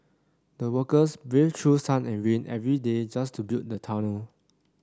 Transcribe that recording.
the workers braved through sun and rain every day just to build the tunnel